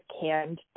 canned